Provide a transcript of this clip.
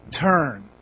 turn